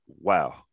Wow